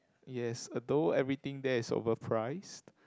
yes although everything there is overpriced